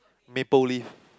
maple leaf